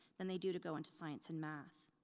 than they do to go into science and math.